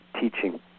teaching